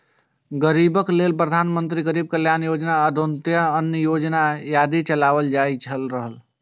गरीबक लेल प्रधानमंत्री गरीब कल्याण योजना, अंत्योदय अन्न योजना आदि चलाएल जा रहल छै